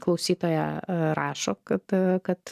klausytoja rašo kad kad